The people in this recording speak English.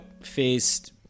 faced